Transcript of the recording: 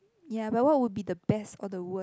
ya but what would be the best or the worst